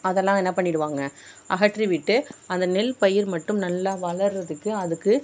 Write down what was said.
அதெல்லாம் என்ன பண்ணிடுவாங்க அகற்றிவிட்டு அந்த நெல் பயிர் மட்டும் நல்லா வளர்றதுக்கு அதுக்கு